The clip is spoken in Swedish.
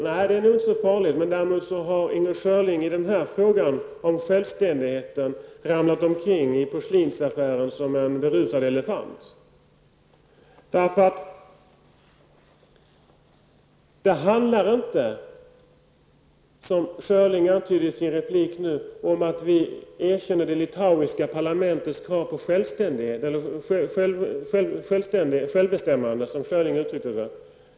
Nej, det är nog inte så farligt. Däremot har Inger Schörling i frågan om självständigheten ramlat omkring i porslinsaffären som en berusad elefant. Det handlar inte om, vilket Inger Schörling antydde i sin replik, att vi erkänner det litauiska parlamentets krav på självbestämmande.